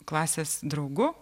klasės draugu